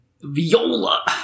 Viola